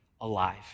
alive